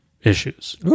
issues